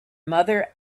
mother